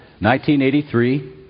1983